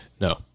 No